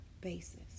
basis